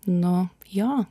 nu jo